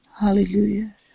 Hallelujah